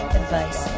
advice